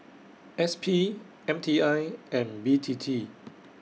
S P M T I and B T T